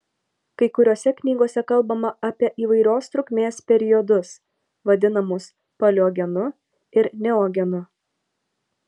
kai kuriose knygose kalbama apie įvairios trukmės periodus vadinamus paleogenu ir neogenu